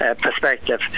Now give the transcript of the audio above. perspective